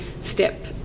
step